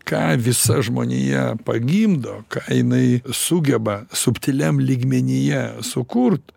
ką visa žmonija pagimdo ką jinai sugeba subtiliam lygmenyje sukurt